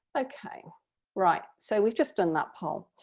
okay, right, so we've just done that poll.